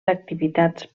activitats